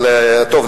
טוב,